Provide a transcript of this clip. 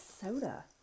soda